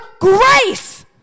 grace